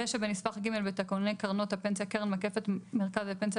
ושבנספח ג' בתקנוני קרנות הפנסיה קרן מקפת מרכז לפנסיה